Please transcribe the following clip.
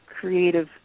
creative